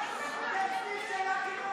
הם שומעים אותי.